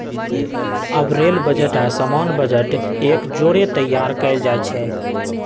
अब railway budget आऽ सामान्य बजट एक जौरे तइयार कएल जाइ छइ